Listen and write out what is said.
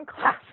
class